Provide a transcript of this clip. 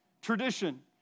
Tradition